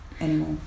anymore